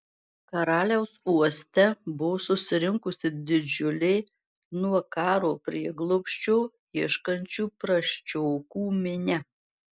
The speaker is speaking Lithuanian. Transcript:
karaliaus uoste buvo susirinkusi didžiulė nuo karo prieglobsčio ieškančių prasčiokų minia